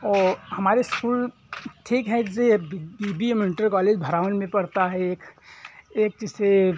औ हमारे इस्कूल ठीक है जैसे ये B B M inter college भरावन में पड़ता है एक एक जैसे